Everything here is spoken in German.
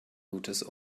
gutes